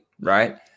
right